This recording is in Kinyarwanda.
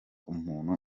umuntu